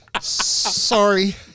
Sorry